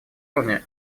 уровня